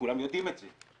כולם יודעים את זה.